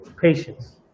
patience